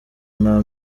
nta